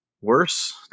worse